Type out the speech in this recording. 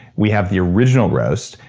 we have the original roast,